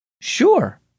Sure